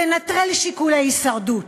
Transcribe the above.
תנטרל שיקולי הישרדות,